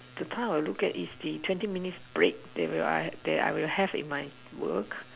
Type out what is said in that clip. the time I will look at is the twenty minutes break that I will have at my work